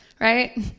Right